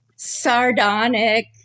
sardonic